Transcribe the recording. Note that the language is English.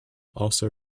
also